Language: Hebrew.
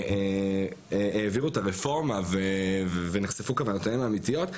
העבירו את הרפורמה ונחשפו כוונותיהם האמיתית.